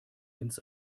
ins